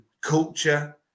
Culture